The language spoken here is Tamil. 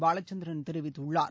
பாலச்சந்திரன் தெரிவித்துள்ளார்